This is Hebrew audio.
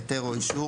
היתר או אישור,